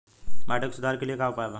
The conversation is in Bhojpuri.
माटी के सुधार के लिए का उपाय बा?